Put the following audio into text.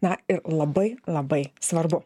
na ir labai labai svarbu